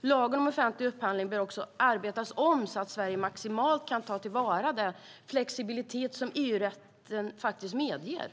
Lagen om offentlig upphandling bör också arbetas om så att Sverige maximalt kan ta till vara den flexibilitet som EU-rätten faktiskt medger.